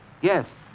Yes